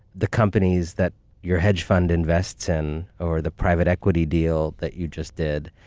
the companies that your hedge fund invests in over the private equity deal that you just did,